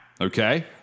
Okay